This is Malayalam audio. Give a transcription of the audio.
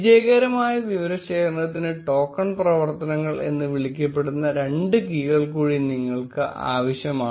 വിജയകരമായ വിവരശേഖരണത്തിന് ടോക്കൺ പ്രവർത്തനങ്ങൾ എന്ന് വിളിക്കപ്പെടുന്ന രണ്ട് കീകൾ കൂടി നിങ്ങൾക്ക് ആവശ്യമാണ്